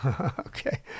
Okay